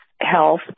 health